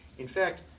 in fact,